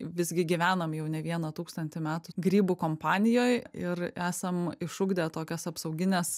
visgi gyvenam jau ne vieną tūkstantį metų grybų kompanijoj ir esam išugdę tokias apsaugines